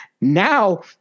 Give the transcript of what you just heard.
Now